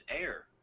air